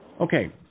Okay